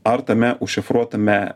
ar tame užšifruotame